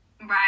Right